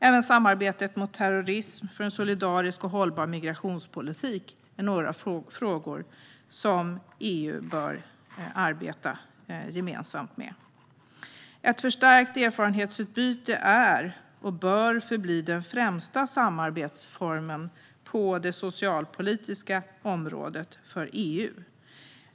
Även samarbetet mot terrorism och för en solidarisk och hållbar migrationspolitik är frågor som EU bör arbeta gemensamt med. Ett förstärkt erfarenhetsutbyte är och bör förbli den främsta samarbetsformen på det socialpolitiska området för EU.